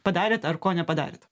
padarėt ar ko nepadarėt